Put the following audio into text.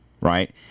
right